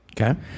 Okay